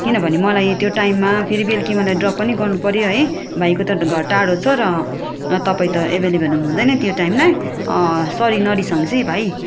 किनभने मलाई त्यो टाइममा फेरि बेलुकी मलाई ड्रप पनि गर्नु पर्यो है भाइको त घर टाढो छ र तपाईँ त एभाइलेबल हुनुहुँदैन त्यो टाइम नै सरी न रिसाउनुहोस् है भाइ